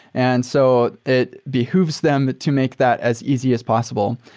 and so it behooves them but to make that as easy as possible.